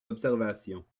observations